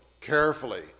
carefully